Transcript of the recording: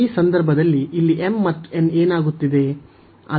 ಈ ಸಂದರ್ಭದಲ್ಲಿ ಇಲ್ಲಿ m ಮತ್ತು n ಏನಾಗುತ್ತಿದೆ